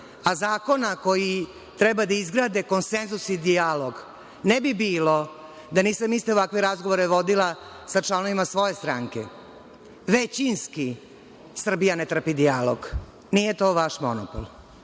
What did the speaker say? a zakona koji treba da izgrade konsenzus i dijalog ne bi bilo da nisam iste ovakve razgovore vodila sa članovima svoje stranke. Većinski Srbija ne trpi dijalog, nije to vaš monopol,